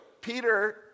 Peter